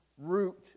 root